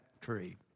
tree